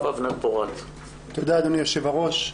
תודה אדוני יושב-הראש,